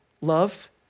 Love